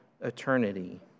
eternity